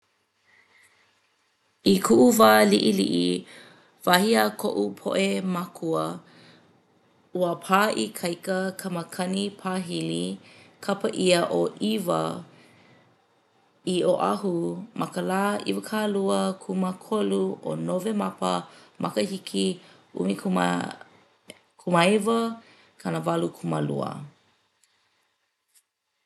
I kuʻu wā liʻiliʻi, wahi a koʻu poʻe mākua ua pā ikaika ka makani pā hili kapa ʻia ʻo ʻIwa i Oʻahu ma ka lā iwakāluakūmākolu o Nowemapa makahiki ʻumikūmākūmāiwakanawalukūmālua.